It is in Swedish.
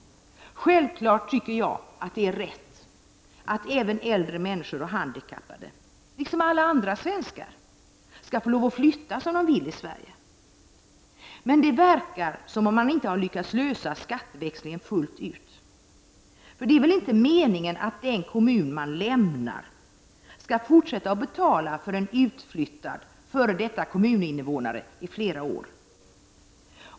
Självfallet tycker jag att det är rätt att även äldre människor och handikappade, liksom alla andra svenskar, skall få lov att flytta som de vill i Sverige, men det verkar som om man inte lyckats lösa skatteväxlingen fullt ut. För det är väl inte meningen att den kommun man lämnar skall fortsätta att betala för en utflyttad f.d. kommuninnevånare i flera år?